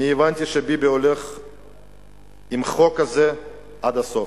אני הבנתי שביבי הולך עם החוק הזה עד הסוף.